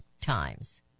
Times